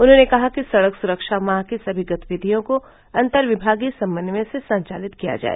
उन्होंने कहा कि सड़क सुरक्षा माह की सभी गतिविधियों को अन्तर्विभागीय समन्वय से संचालित किया जाय